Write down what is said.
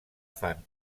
fan